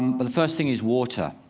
but the first thing is water.